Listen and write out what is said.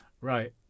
right